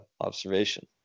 observation